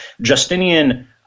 Justinian